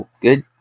good